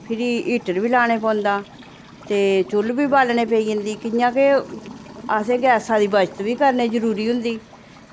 फिर हीटर बी लाना पौंदा ते चुल्ल बी बालन्ने पेई जंदी कि'यां कि असें गैसे दी बचत करना बी जरूरी होंदी